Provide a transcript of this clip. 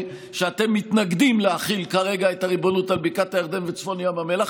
היא שאתם מתנגדים להחיל כרגע את הריבונות על בקעת הירדן וצפון ים המלח,